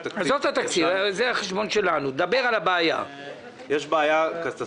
דע לך שבכפר